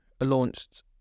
launched